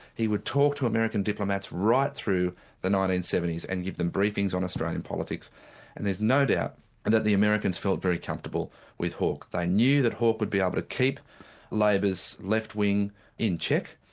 he would talk to american diplomat's right through the nineteen seventy s and give them briefings on australian politics and there's no doubt and that the americans felt very comfortable with hawke. they knew that hawke would be able to keep labor's left wing in check,